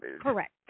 Correct